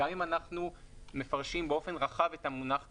גם אם אנחנו מפרשים באופן רחב את המונח "כרטיס",